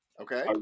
okay